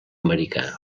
americà